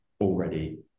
already